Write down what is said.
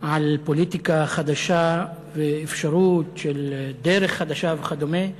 על פוליטיקה חדשה ואפשרות של דרך חדשה וכדומה,